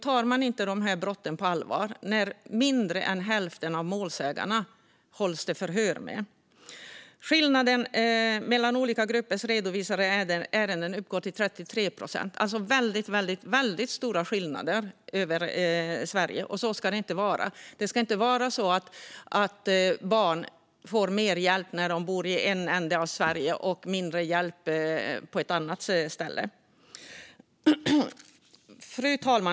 Man tar inte de här brotten på allvar när det hålls förhör med mindre än hälften av de målsägande. Skillnaden mellan olika gruppers redovisade ärenden uppgår till 33 procent. Det är alltså väldigt stora skillnader över Sverige, och så ska det inte vara. Det ska inte vara så att barn får mer hjälp när de bor i en ände av Sverige och mindre hjälp på ett annat ställe. Fru talman!